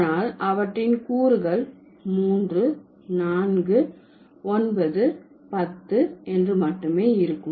ஆனால் அவற்றின் கூறுகள் மூன்று நான்கு ஒன்பது பத்து என்று மட்டுமே இருக்கும்